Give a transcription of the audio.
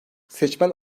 seçmen